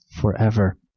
forever